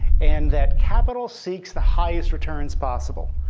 and that capital seeks the highest returns possible.